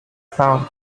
found